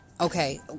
okay